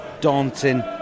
daunting